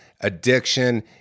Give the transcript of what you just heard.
addiction